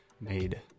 made